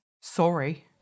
Sorry